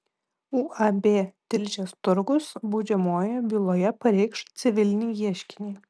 uab tilžės turgus baudžiamojoje byloje pareikš civilinį ieškinį